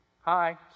hi